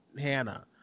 Hannah